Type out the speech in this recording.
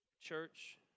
Church